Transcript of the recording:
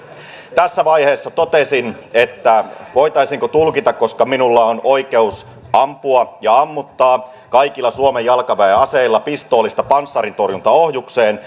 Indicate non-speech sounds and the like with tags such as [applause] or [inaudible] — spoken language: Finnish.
tässä vaiheessa totesin että voitaisiinko tulkita koska minulla on oikeus ampua ja ammuttaa kaikilla suomen jalkaväen aseilla pistoolista panssarintorjuntaohjukseen [unintelligible]